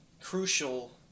crucial